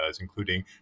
including